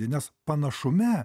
nes panašume